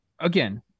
Again